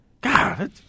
God